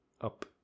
up